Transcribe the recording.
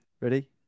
Ready